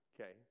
Okay